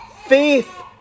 faith